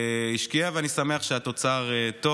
היא השקיעה, ואני שמח שהתוצר טוב.